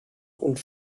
und